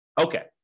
Okay